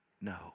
No